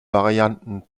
varianten